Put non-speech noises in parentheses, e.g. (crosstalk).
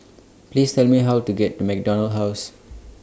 (noise) Please Tell Me How to get to MacDonald House